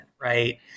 Right